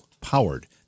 Powered